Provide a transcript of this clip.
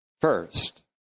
first